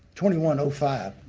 twenty one. ah five,